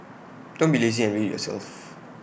don't be lazy and read IT yourself